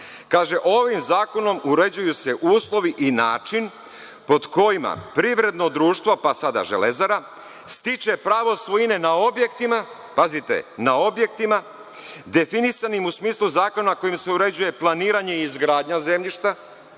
Ovim zakonom uređuju se uslovi i način pod kojima privredno društvo, pa sada „Železara“ stiče pravo svojine na objektima, pazite, na objektima definisanim u smislu zakona kojim se uređuje planiranje i izgradnja zemljišta,